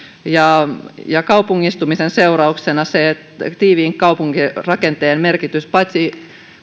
ja ja kaupungistumisen seurauksena tiiviin kaupunkirakenteen merkitys paitsi